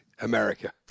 America